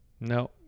No